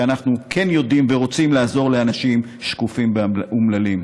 שאנחנו כן יודעים ורוצים לעזור לאנשים שקופים ואומללים.